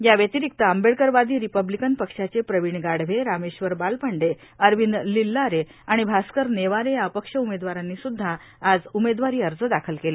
याव्यतिरिक्त आंबेडकरवादी रिपब्लिकन पक्षाचे प्रवीण गाढवे रामेश्वर बालपांडे अरविंद लिल्लारे आणि भास्कर नेवारे या अपक्ष उमेदवारांनीसुद्धा आज उमेदवारी अर्ज दाखल केले